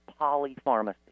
polypharmacy